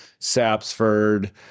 Sapsford